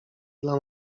dla